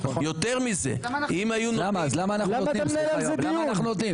אז למה אנחנו נותנים אותו?